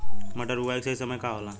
मटर बुआई के सही समय का होला?